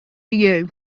you